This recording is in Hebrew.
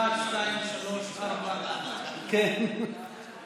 ההצעה להעביר את הנושא לוועדת העבודה, הרווחה